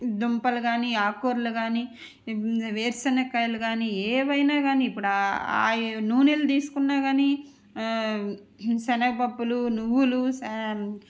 దుంపలు కాని ఆకుకూరలు కాని వేరుశెనక్కాయలు కాని ఏవైనా కాని ఇప్పుడు ఆ ఆ నూనెలు తీసుకున్నా కాని శనగపప్పులు నువ్వులు